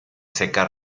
seca